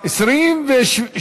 הביטוח הלאומי (תיקון מס' 175),